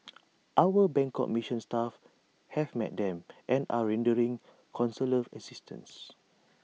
our Bangkok mission staff have met them and are rendering consular assistance